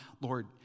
Lord